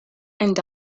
and